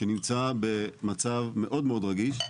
שנמצא במצב מאוד מאוד רגיש,